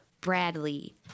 Bradley